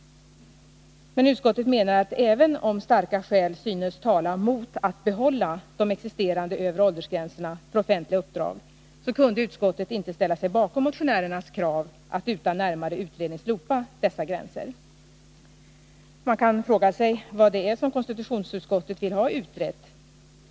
Men utskottet menade, att även om starka skäl synes tala mot att bibehålla de existerande övre åldersgränserna för offentliga uppdrag, kunde utskottet inte ställa sig bakom motionärernas krav att utan närmare utredning slopa dessa gränser. Man kan fråga sig vad det är som konstitutionsutskottet vill ha utrett.